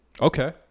Okay